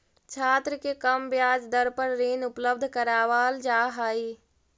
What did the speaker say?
छात्र के कम ब्याज दर पर ऋण उपलब्ध करावल जा हई